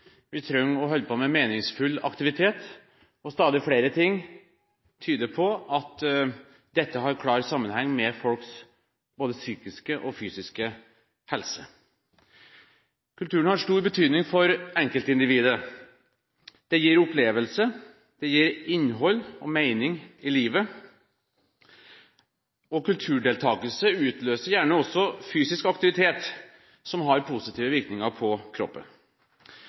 Vi trenger å holde på med meningsfull aktivitet. Og stadig flere ting tyder på at dette har klar sammenheng med folks psykiske og fysiske helse. Kultur har stor betydning for enkeltindividet. Det gir opplevelse, det gir innhold og mening i livet. Kulturdeltakelse utløser gjerne også fysisk aktivitet som har positiv virkning på kroppen.